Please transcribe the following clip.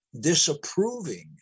disapproving